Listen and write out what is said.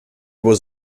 was